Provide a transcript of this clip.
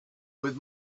with